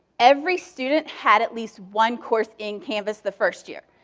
every student had at least one course in canvas the first year,